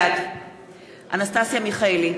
בעד אנסטסיה מיכאלי,